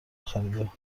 خریده